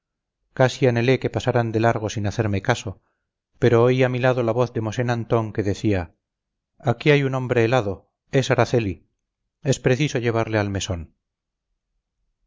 casi anhelé que pasaran de largo sin hacerme caso pero oí a mi lado la voz de mosén antón que decía aquí hay un hombre helado es araceli es preciso llevarle al mesón